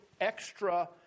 extra